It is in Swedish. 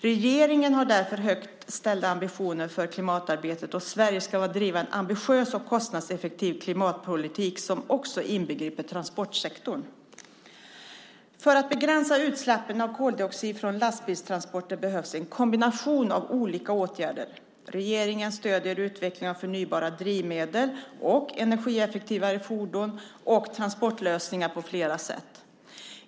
Regeringen har därför högt ställda ambitioner för klimatarbetet och Sverige ska driva en ambitiös och kostnadseffektiv klimatpolitik som också inbegriper transportsektorn. För att begränsa utsläppen av koldioxid från lastbilstransporter behövs en kombination av olika åtgärder. Regeringen stöder utvecklingen av förnybara drivmedel och energieffektivare fordon och transportlösningar på flera sätt.